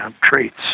traits